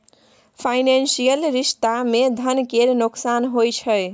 financial रिश्ता मे धन केर नोकसान होइ छै